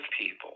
people